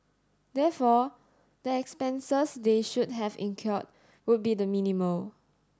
therefore the expenses they should have incurred would be the minimal